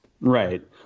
Right